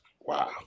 wow